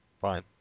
fine